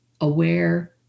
aware